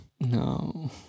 No